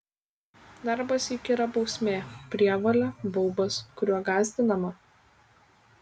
darbas juk yra bausmė prievolė baubas kuriuo gąsdinama